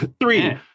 Three